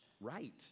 right